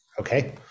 Okay